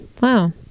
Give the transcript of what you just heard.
wow